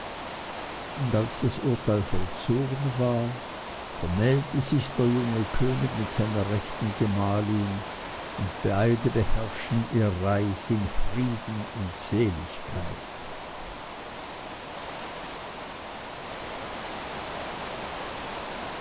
und als das urteil vollzogen war vermählte sich der junge könig mit seiner rechten gemahlin und beide beherrschten ihr reich in frieden und seligkeit